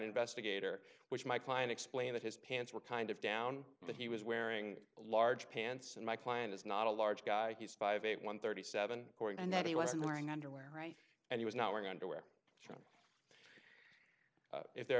investigator which my client explained that his pants were kind of down but he was wearing large pants and my client is not a large guy he's five eight one thirty seven and that he wasn't wearing underwear right and he was not wearing underwear if there are